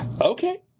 okay